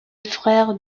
frère